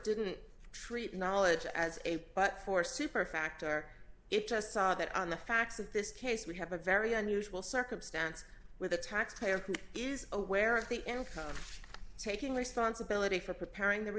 didn't treat knowledge as a but for super factor it just saw that on the facts of this case we have a very unusual circumstance where the taxpayer is aware of the and taking responsibility for preparing the